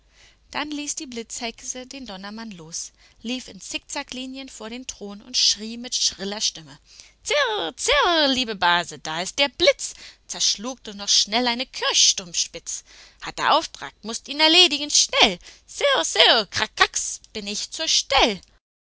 dann ließ die blitzhexe den donnermann los lief in zickzacklinien vor den thron und schrie mit schriller stimme sirrr sirrr liebe base da ist der blitz zerschlug nur noch schnell eine kirchturmspitz hatte auftrag mußt ihn erledigen schnell sirrr sirrr krakacks bin ich zur stell